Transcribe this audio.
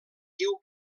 diu